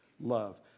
love